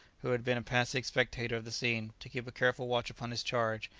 who had been a passive spectator of the scene, to keep a careful watch upon his charge,